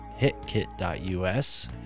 hitkit.us